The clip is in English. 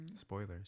spoilers